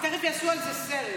תכף יעשו על זה סרט.